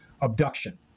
Abduction